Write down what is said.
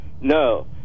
No